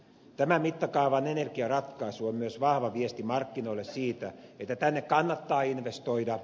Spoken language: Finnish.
tämän mittakaavan energiaratkaisu on myös vahva viesti markkinoille siitä että tänne kannattaa investoida